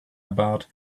about